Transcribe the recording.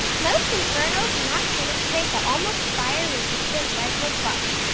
most inferno cannot penetrate the almost fire resistant redwood bark.